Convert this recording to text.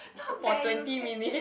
for twenty minute